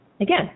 Again